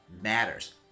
matters